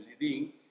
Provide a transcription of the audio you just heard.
leading